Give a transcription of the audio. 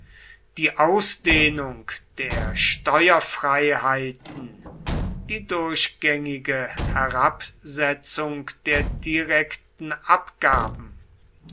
die ausdehnung der steuerfreiheiten die durchgängige herabsetzung der direkten abgaben